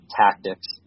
tactics